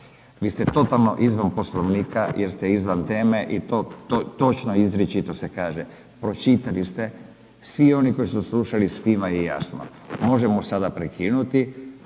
vi ste totalno izvan Poslovnika jer ste izvan teme i točno izričito se kaže, pročitali ste, svi oni koji su slušali, svima je jasno. Možemo sada prekinuti,